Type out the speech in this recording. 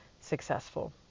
successful